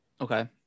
Okay